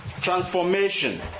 Transformation